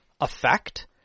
effect